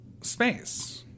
space